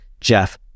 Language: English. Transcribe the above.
Jeff